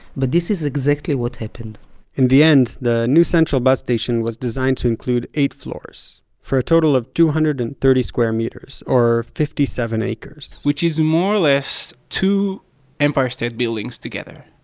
but this is exactly what happened in the end, the new central bus station was designed to include eight floors for a total of two hundred and thirty square meters, or fifty seven acres which is more or less two empire state buildings together.